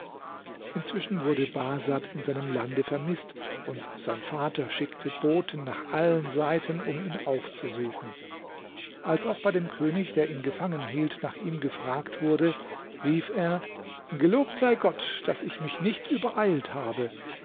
inzwischen wurde bahsad in seinem lande vermißt und sein vater schickte boten nach allen seiten um ihn aufzusuchen als auch bei dem könig der ihn gefangen hielt nach ihm gefragt wurde rief er gelobt sei gott daß ich mich nicht übereilt habe